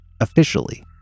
officially